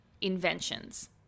inventions